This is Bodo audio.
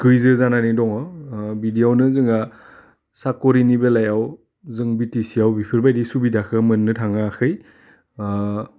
गैजो जानानै दङ बिदियावनो जोंना साख'रिनि बेलायाव जों बिटिसियाव बिफोरबायदि सुबिदाखो मोननो थाङाखै